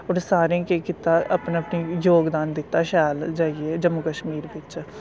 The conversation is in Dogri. उनें सारें केह् कीता अपना अपना जोगदान दित्ता शैल जाइयै जम्मू कश्मीर बिच्च